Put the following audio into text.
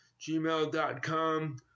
gmail.com